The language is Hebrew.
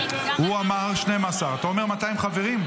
--- הוא אמר 12. אתה אומר 200 חברים?